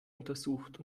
untersucht